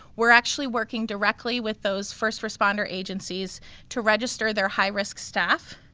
we're actually working directly with those first responder agencies to register their high-risk staff,